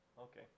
Okay